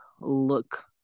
look